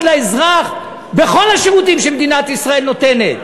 לאזרח בכל השירותים שמדינת ישראל נותנת?